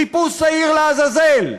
חיפוש שעיר לעזאזל,